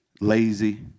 lazy